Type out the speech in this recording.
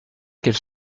quels